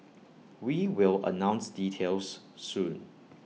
we will announce details soon